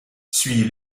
suit